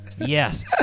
Yes